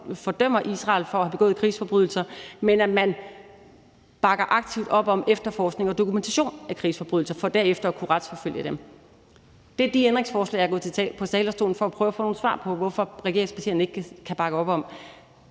fordømmer Israel for at have begået krigsforbrydelser, men man bakker aktivt op om efterforskning og dokumentation af krigsforbrydelser for derefter at kunne retsforfølge dem, der står bag. Det er de ændringsforslag, jeg er gået på talerstolen med for at prøve at få nogle svar på, hvorfor regeringspartierne ikke kan bakke op om